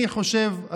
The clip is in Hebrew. אני חושב,